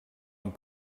amb